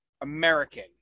American